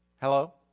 Hello